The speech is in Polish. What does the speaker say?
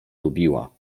lubiła